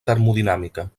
termodinàmica